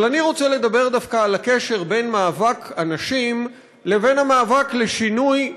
אבל אני רוצה לדבר דווקא על הקשר בין מאבק הנשים לבין המאבק לשינוי,